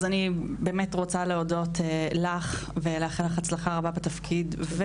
רוצה להודות לך ולאחל לך הצלחה רבה בתפקיד.